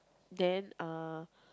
then uh